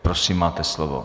Prosím, máte slovo.